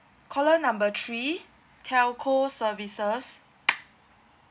call number three telco services